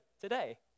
today